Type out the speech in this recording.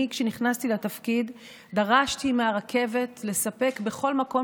כשנכנסתי לתפקיד דרשתי מהרכבת לספק בכל מקום